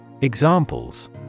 Examples